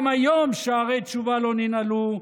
גם היום שערי תשובה לא ננעלו,